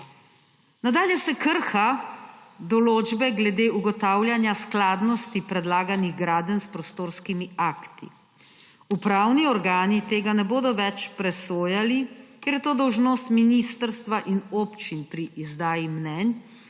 Nadalje se krha določbe glede ugotavljanja skladnosti predlaganih gradenj s prostorskimi akti. Upravni organi tega ne bodo več presojali, ker je to dolžnost ministrstva in občin pri izdaji mnenj,